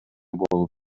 болуп